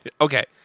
Okay